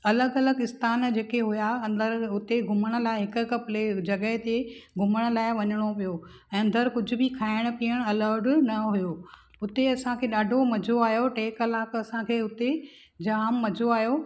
अलॻि अलॻि इस्थान जेके हुआ अंदरि हुते घुमण लाइ हिकु हिकु प्ले जॻहि ते घुमण लाइ वञणो पियो अंदर कुझु बि खाइणु पीअणु अलाउड न हुओ हुते असांखे ॾाढो मज़ो आयो टे कलाक असांखे हुते जाम मज़ो आयो